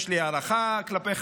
יש לי הערכה כלפיך.